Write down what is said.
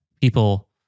people